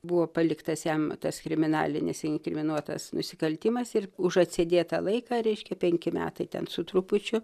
buvo paliktas jam tas kriminalinis inkriminuotas nusikaltimas ir už atsėdėtą laiką reiškia penki metai ten su trupučiu